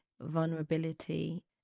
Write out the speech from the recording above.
vulnerability